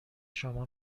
شما